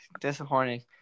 Disappointing